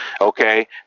okay